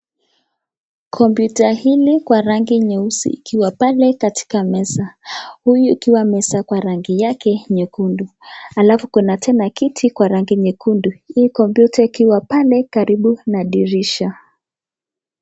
Kompyuta hili kwa rangi nyeusi ikiwa pale katika meza, huyu ikiwa meza kwa rangi yake nyekundu. Alafu tena kuna kiti kwa rangi nyekundu. Hii kompyuta ikiwa pale karibu na dirisha.